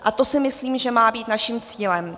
A to si myslím, že má být naším cílem.